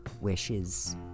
wishes